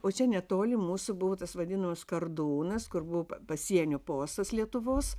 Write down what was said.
o čia netoli mūsų buvo tas vadinos kardūnas kur buvo pa pasienio postas lietuvos